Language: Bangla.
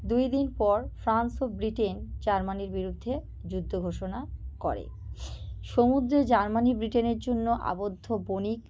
দুই দিন পর ফ্রান্স ও ব্রিটেন জার্মানির বিরুদ্ধে যুদ্ধ ঘোষণা করে সমুদ্রে জার্মানি ব্রিটেনের জন্য আবদ্ধ বণিক